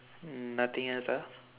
mm nothing else ah